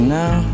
now